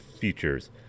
features